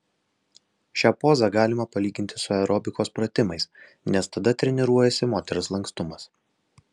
šią pozą galima palyginti su aerobikos pratimais nes tada treniruojasi moters lankstumas